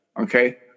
okay